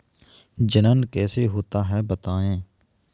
जनन कैसे होता है बताएँ?